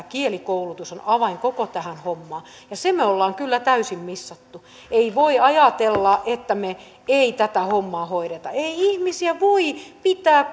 kielikoulutus on avain koko tähän hommaan ja sen me olemme kyllä täysin missanneet ei voi ajatella että me emme tätä hommaa hoitaisi ei ihmisiä voi pitää